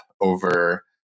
over